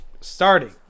starting